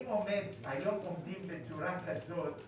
היום עומדים בצורה כזאת בחניות,